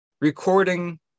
recording